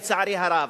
לצערי הרב.